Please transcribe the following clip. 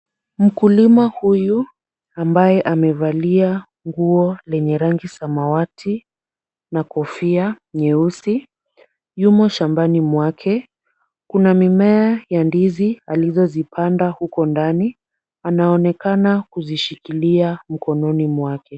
Mkulima huyu ambaye amevalia nguo lenye rangi samawati na kofia nyeusi yumo shambani mwake. Kuna mimea ya ndizi alizozipanda huko ndani. Anaonekana kuzishikilia mikononi mwake.